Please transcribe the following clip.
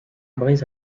brise